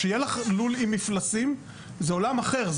כשיהיה לך לול עם מפלסים, זה עולם אחר.